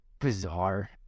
bizarre